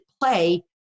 play